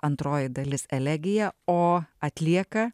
antroji dalis elegija o atlieka